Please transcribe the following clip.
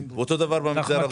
אותו דבר במגזר הדרוזי,